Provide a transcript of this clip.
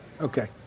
Okay